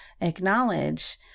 acknowledge